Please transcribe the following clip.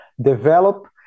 develop